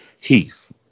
Heath